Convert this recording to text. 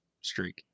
streak